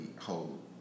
hold